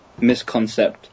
misconcept